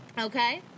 Okay